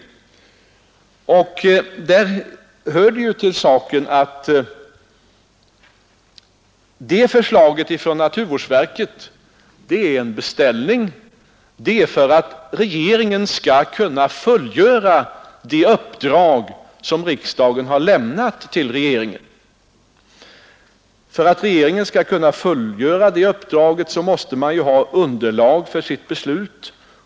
Det hör Nr 145 till saken att förslaget från naturvårdsverket är en beställning: För att Fredagen den regeringen skall kunna fullgöra det Uppdrag som riksdagen har lämnat till 10 december 1971 regeringen måste man ju ha ett underlag för sitt beslut.